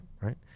right